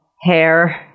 hair